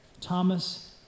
Thomas